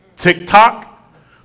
TikTok